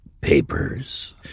papers